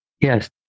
Yes